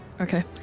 Okay